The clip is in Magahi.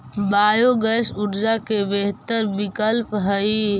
बायोगैस ऊर्जा के बेहतर विकल्प हई